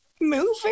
moving